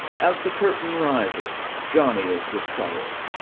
as the curtain rises, johnny is discovered.